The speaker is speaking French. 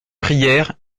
prières